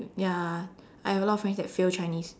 ya I have a lot of friends that fail Chinese